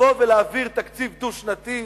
לבוא ולהעביר תקציב דו-שנתי,